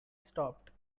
stopped